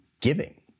giving